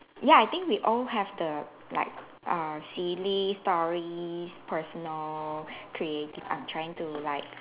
ya I think we all have the like err silly stories personal creative I'm trying to like